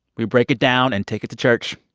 we break it down and take it to church.